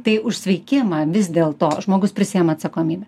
tai už sveikimą vis dėlto žmogus prisiima atsakomybę